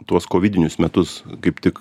tuos kovidinius metus kaip tik